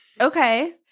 Okay